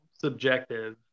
subjective